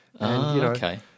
Okay